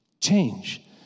change